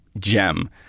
gem